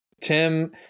Tim